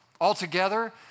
altogether